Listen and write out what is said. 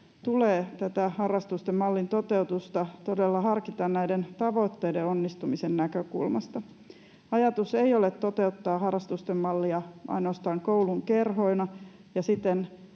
tulee tätä harrastusten mallin toteutusta todella harkita näiden tavoitteiden onnistumisen näkökulmasta. Ajatus ei ole toteuttaa harrastusten mallia ainoastaan koulun kerhoina ja siten